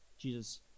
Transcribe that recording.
Jesus